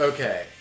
Okay